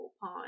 pawn